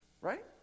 Right